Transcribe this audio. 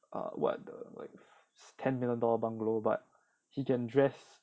a what the like ten million dollar bungalow but he can dress